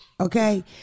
Okay